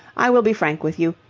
i will be frank with you.